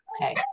Okay